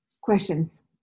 questions